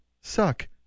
suck